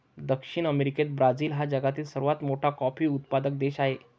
दक्षिण अमेरिकेत ब्राझील हा जगातील सर्वात मोठा कॉफी उत्पादक देश आहे